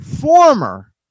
former